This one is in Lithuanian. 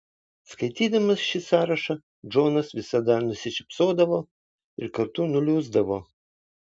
skaitydamas šį sąrašą džonas visada nusišypsodavo ir kartu nuliūsdavo